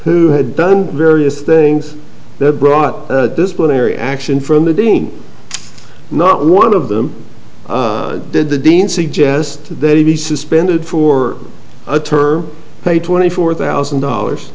who had done various things that brought disciplinary action from the dean not one of them did the dean suggest that he be suspended for a term or pay twenty four thousand dollars